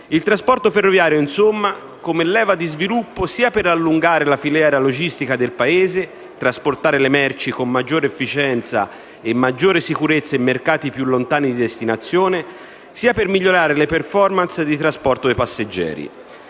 Il trasporto ferroviario insomma deve intendersi come leva di sviluppo, sia per allungare la filiera logistica del Paese, trasportare le merci con maggiore efficienza e maggiore sicurezza in mercati più lontani di destinazione, sia per migliorare le *performance* di trasporto dei passeggeri.